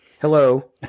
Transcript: Hello